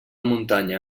muntanya